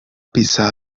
pizza